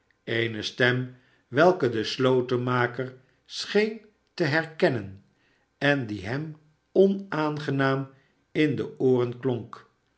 eene stem welke de slotenmaker scheen te herkennen en die hem onaangenaam in de ooren klonk